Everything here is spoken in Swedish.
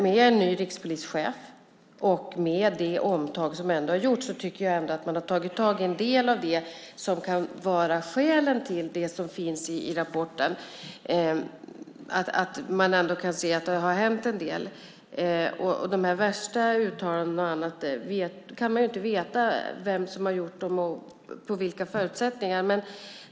Med en ny rikspolischef och med det omtag som ändå har gjorts tycker jag att man har tagit tag i en del av det som kan vara skälen till det som finns i rapporten. Man kan se att det har hänt en del. När det gäller de värsta uttalandena kan man inte veta vem som har gjort dem och med vilka förutsättningar.